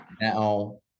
Now